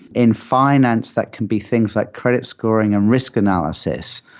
in finance that can be things like credit scoring and risk analysis.